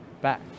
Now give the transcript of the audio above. back